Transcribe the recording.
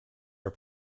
are